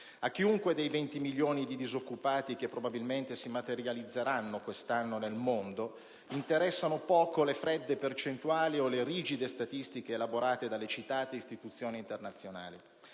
A chiunque dei venti milioni di disoccupati che probabilmente si materializzeranno quest'anno nel mondo interessano poco le fredde percentuali o le rigide statistiche elaborate dalle citate istituzioni internazionali.